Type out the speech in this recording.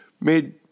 made